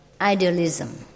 idealism